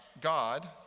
God